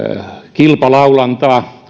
kilpalaulantaa